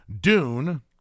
Dune